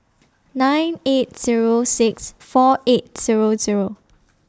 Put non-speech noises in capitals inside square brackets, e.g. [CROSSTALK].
[NOISE] nine eight Zero six four eight Zero Zero